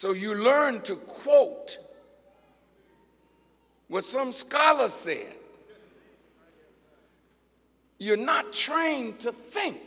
so you learn to quote what some scholars say you're not trying to think